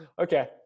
Okay